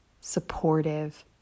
supportive